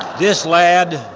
this lad,